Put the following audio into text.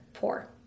poor